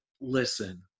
listen